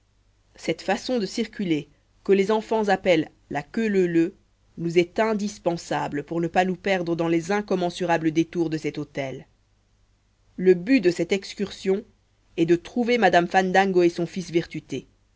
cette façon de circuler que les enfants appellent la queue leu leu nous est indispensable pour ne pas nous perdre dans les incommensurables détours de cet hôtel le but de cette excursion est de trouver madame fandango et son fils virtuté